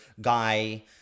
guy